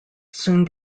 soon